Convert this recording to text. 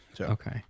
Okay